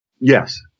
Yes